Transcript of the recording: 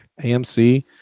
AMC